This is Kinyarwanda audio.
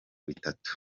bitatu